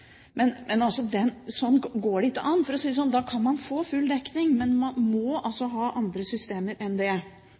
Men slik går det ikke an å ha det. Da kan man få full dekning, men man må ha andre systemer enn det. Så er